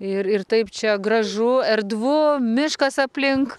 ir ir taip čia gražu erdvu miškas aplink